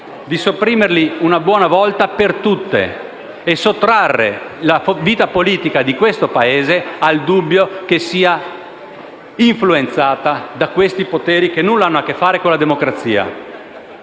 di sopprimerli una buona volta per tutte, e sottrarre la vita politica di questo Paese al dubbio che sia influenzata da questi poteri che nulla hanno a che fare con la democrazia.